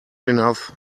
enough